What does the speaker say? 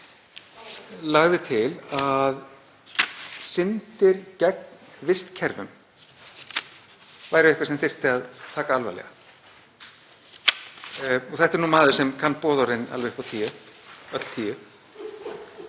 Frans vinur okkar lagði til að syndir gegn vistkerfum væru eitthvað sem þyrfti að taka alvarlega. Þetta er nú maður sem kann boðorðin upp á tíu, öll tíu.